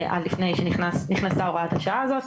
עד לפני שנכנסה הוראת השעה הזאת.